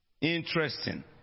Interesting